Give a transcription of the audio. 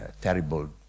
terrible